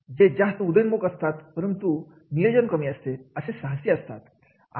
जे जास्त उदयन्मुख असतात परंतु नियोजन कमी असते असे साहसी असतात